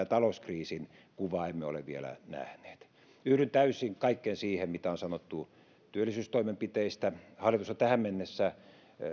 talouskriisin kuvaa emme ole vielä nähneet yhdyn täysin kaikkeen siihen mitä on sanottu työllisyystoimenpiteistä hallitus on tähän mennessä